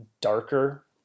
darker